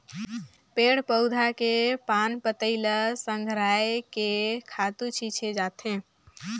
पेड़ पउधा के पान पतई ल संघरायके खातू छिछे जाथे